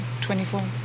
24